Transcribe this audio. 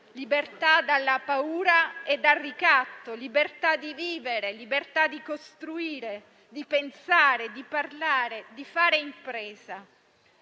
libertà dalla paura e dal ricatto, libertà di vivere e di costruire, di pensare, di parlare e di fare impresa.